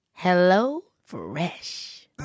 HelloFresh